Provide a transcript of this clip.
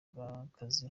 rw’akazi